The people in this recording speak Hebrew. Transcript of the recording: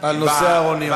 על נושא הארוניות.